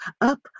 up